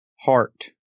HEART